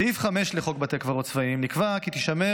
בסעיף 5 לחוק בתי קברות צבאיים נקבע כי תישמר